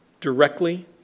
directly